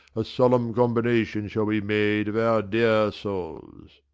a solemn combination shall be made of our dear souls.